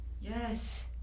Yes